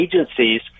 agencies